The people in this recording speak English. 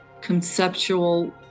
conceptual